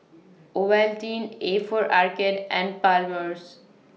Ovaltine A For Arcade and Palmer's